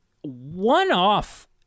one-off